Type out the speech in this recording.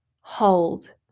hold